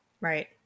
Right